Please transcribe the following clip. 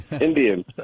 Indian